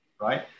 right